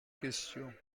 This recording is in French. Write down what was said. questions